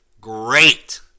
great